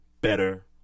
better